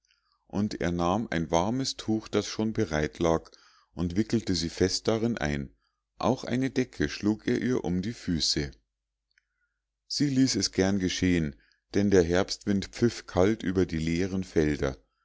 und er nahm ein warmes tuch das schon bereit lag und wickelte sie fest darin ein auch eine decke schlug er um ihre füße sie ließ es gern geschehen denn der herbstwind pfiff kalt über die leeren felder